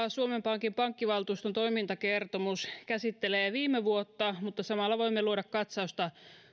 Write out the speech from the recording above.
suomen pankin pankkivaltuuston toimintakertomus käsittelee viime vuotta mutta samalla voimme luoda katsausta